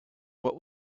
what